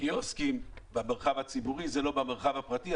קיוסקים במרחב הציבורי, זה לא במרחב הפרטי.